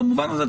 במובן הזה,